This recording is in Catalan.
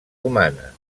humana